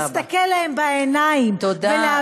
להסתכל להם בעיניים ולהבין שחקלאות היא ערך,